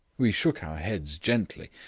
we shook our heads gently.